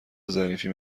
ظریفی